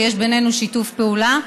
ויש בינינו שיתוף פעולה,